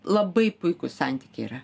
labai puikūs santykiai yra